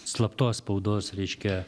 slaptos spaudos reiškia